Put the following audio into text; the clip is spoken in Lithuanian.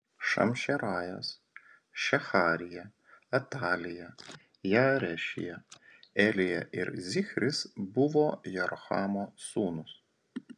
šamšerajas šeharija atalija jaarešija elija ir zichris buvo jerohamo sūnūs